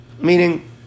meaning